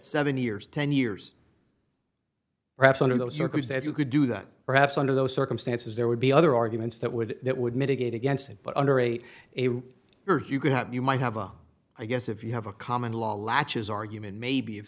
seven years ten years perhaps under those circumstances could do that perhaps under those circumstances there would be other arguments that would that would mitigate against it but under a you could not you might have a i guess if you have a common law latches argument maybe if